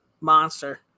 Monster